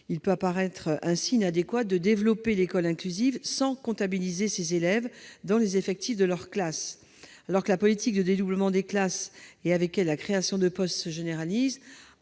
Il peut ainsi apparaître inadéquat de développer l'école inclusive sans comptabiliser ces élèves dans les effectifs de leur classe. Alors que la politique de dédoublement des classes se généralise, donc les créations de postes, arguer